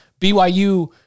BYU